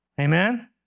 Amen